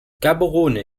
gaborone